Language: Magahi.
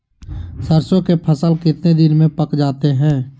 सरसों के फसल कितने दिन में पक जाते है?